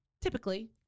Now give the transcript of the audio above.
Typically